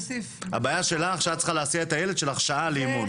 הבעיה שלך שאת צריכה להסיע את הילד שלך שעה לאימון.